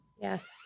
yes